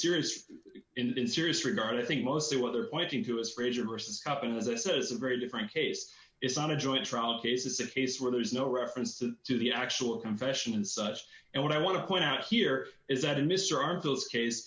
serious in serious regard i think mostly whether pointing to a d stranger versus out in as i said is a very different case it's not a joint trial cases the case where there is no reference to do the actual confession and such and what i want to point out here is that in mr r those case